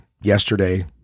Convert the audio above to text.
yesterday